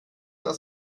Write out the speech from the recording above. das